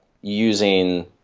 using